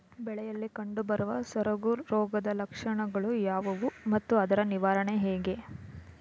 ಬೆಳೆಯಲ್ಲಿ ಕಂಡುಬರುವ ಸೊರಗು ರೋಗದ ಲಕ್ಷಣಗಳು ಯಾವುವು ಮತ್ತು ಅದರ ನಿವಾರಣೆ ಹೇಗೆ?